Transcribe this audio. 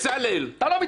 אתה לא מתבייש?